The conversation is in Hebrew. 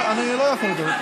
אני לא יכול לדבר.